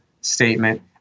statement